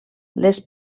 les